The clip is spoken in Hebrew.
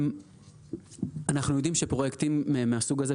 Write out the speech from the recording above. אנחנו יודעים שפרויקטים מהסוג הזה,